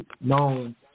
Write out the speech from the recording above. known